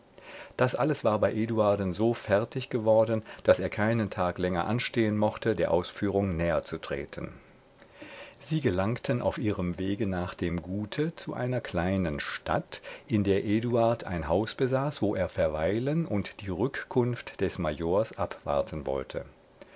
das alles war bei eduarden so fertig geworden daß er keinen tag länger anstehen mochte der ausführung näherzutreten sie gelangten auf ihrem wege nach dem gute zu einer kleinen stadt in der eduard ein haus besaß wo er verweilen und die rückkunft des majors abwarten wollte